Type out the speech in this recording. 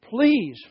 Please